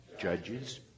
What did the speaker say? Judges